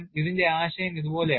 ഇതിന്റെ ആശയം ഇതുപോലെയാണ്